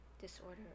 disorder